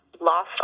lost